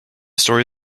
story